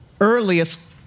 earliest